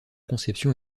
conception